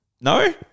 No